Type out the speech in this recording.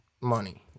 money